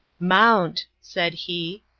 mount, said he,